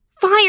Fire